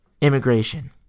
immigration